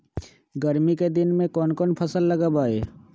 गर्मी के दिन में कौन कौन फसल लगबई?